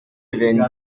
vingt